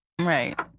Right